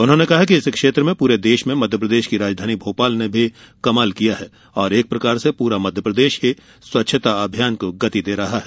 उन्होंने कहा कि इस क्षेत्र में पूरे देश में मध्यप्रदेश की राजधानी भोपाल ने भी कमाल किया है और एक प्रकार से पूरा मध्यप्रदेश ही स्वच्छता अभियान को गति दे रहा है